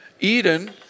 Eden